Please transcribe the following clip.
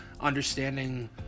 understanding